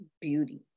beauty